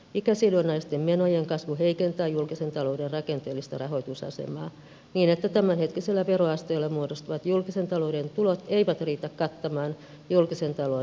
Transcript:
ikäsidonnaisten menojen kasvu heikentää julkisen talouden rakenteellista rahoitusasemaa niin että tämänhetkisellä veroasteella muodostuvat julkisen talouden tulot eivät riitä kattamaan julkisen talouden menoja